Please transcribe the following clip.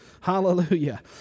hallelujah